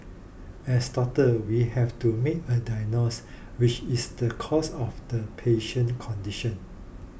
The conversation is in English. as doctor we have to make a diagnose which is the cause of the patient condition